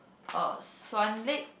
uh Swan-Lake